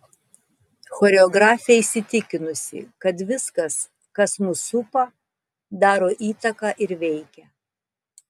choreografė įsitikinusi kad viskas kas mus supa daro įtaką ir veikia